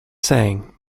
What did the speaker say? saying